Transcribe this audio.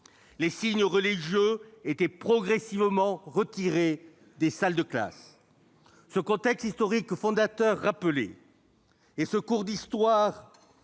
les signes religieux furent progressivement retirés des salles de classe. Ce contexte historique fondateur rappelé, mon cours d'histoire